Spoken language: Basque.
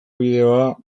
bideoa